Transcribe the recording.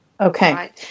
Okay